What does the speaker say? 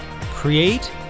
Create